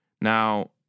Now